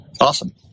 Awesome